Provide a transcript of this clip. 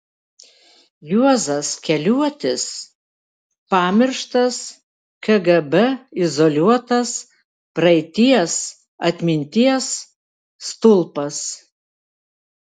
juozas keliuotis pamirštas kgb izoliuotas praeities atminties stulpas